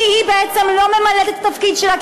כי היא בעצם לא ממלאת את התפקיד שלה,